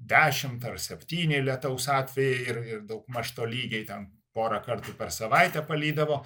dešimt ar septyni lietaus atvejai ir ir daugmaž tolygiai ten porą kartų per savaitę palydavo